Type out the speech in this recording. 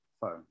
phone